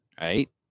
right